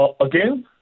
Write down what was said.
again